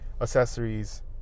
accessories